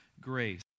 grace